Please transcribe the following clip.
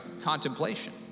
contemplation